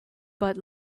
but